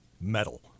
metal